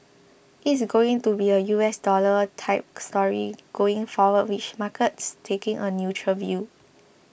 it is going to be a U S dollar type story going forward with markets taking a neutral view